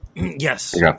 Yes